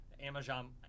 Amazon